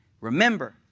Remember